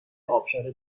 ابشار